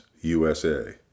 USA